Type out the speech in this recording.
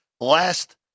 Last